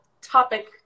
topic